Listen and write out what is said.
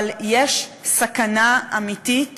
אבל יש סכנה אמיתית